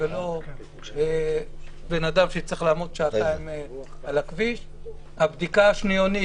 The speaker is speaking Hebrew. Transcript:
ולא שבן אדם יצטרך לעמוד שעתיים על הכביש; הבדיקה השניונית